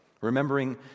Remembering